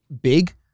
big